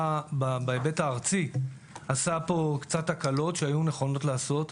בהיבט הארצי עשה קצת הקלות שהיה נכון לעשות,